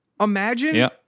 imagine